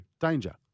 Danger